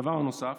דבר נוסף,